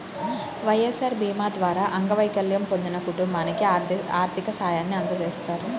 వైఎస్ఆర్ భీమా ద్వారా అంగవైకల్యం పొందిన కుటుంబానికి ఆర్థిక సాయాన్ని అందజేస్తారు